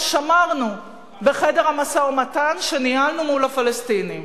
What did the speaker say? שמרנו בחדר המשא-ומתן שניהלנו מול הפלסטינים.